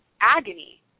agony